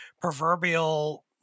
proverbial